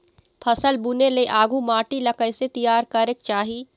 फसल बुने ले आघु माटी ला कइसे तियार करेक चाही?